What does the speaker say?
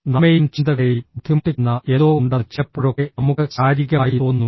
നമ്മെയും ചിന്തകളെയും ബുദ്ധിമുട്ടിക്കുന്ന എന്തോ ഉണ്ടെന്ന് ചിലപ്പോഴൊക്കെ നമുക്ക് ശാരീരികമായി തോന്നുന്നു